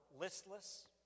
listless